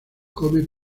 come